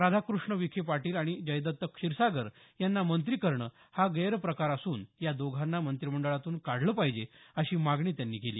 राधाकृष्ण विखे पाटील आणि जयदत्त क्षीरसागर यांना मंत्री करणं हा गैरप्रकार असून या दोघांना मंत्रिमंडळातून काढलं पाहिजे अशी मागणी त्यांनी केली